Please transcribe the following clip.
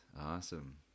Awesome